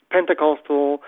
Pentecostal